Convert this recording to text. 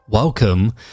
Welcome